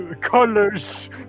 colors